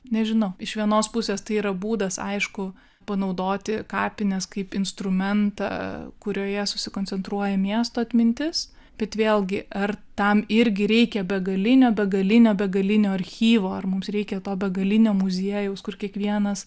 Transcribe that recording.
nežinau iš vienos pusės tai yra būdas aišku panaudoti kapines kaip instrumentą kurioje susikoncentruoja miesto atmintis bet vėlgi ar tam irgi reikia begalinio begalinio begalinio archyvo ar mums reikia to begalinio muziejaus kur kiekvienas